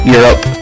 Europe